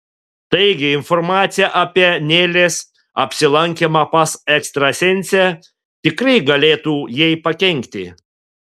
taigi informacija apie nelės apsilankymą pas ekstrasensę tikrai galėtų jai pakenkti